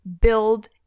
build